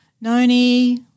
Noni